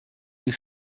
you